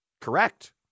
Correct